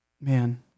Man